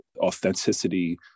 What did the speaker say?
authenticity